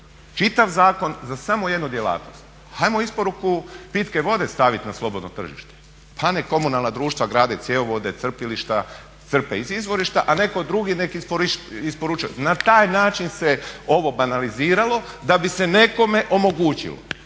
čitav zakon za samo jednu djelatnost. Ajmo isporuku pitke vode staviti na slobodno tržište pa nek komunalna društva grade cjevovode, crpilišta, crpe iz izvorišta, a netko drugi nek isporučuje. Na taj način se ovo banaliziralo da bi se nekome omogućilo.